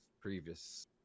previous